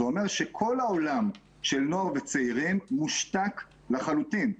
זה אומר שכל העולם של נוער וצעירים מושתק לחלוטין.